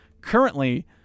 Currently